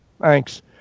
Thanks